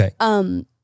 Okay